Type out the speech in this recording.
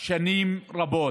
שנים רבות,